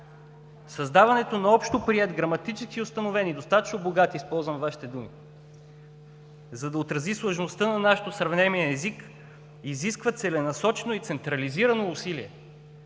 Създаването на общоприет граматически установен и достатъчно богат език, използвам Вашите думи, за да отрази сложността на нашето съвремие, изисква целенасочено и централизирано усилие.